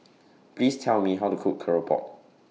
Please Tell Me How to Cook Keropok